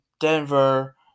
Denver